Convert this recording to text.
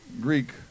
Greek